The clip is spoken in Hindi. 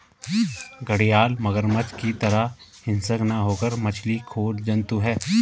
घड़ियाल मगरमच्छ की तरह हिंसक न होकर मछली खोर जंतु है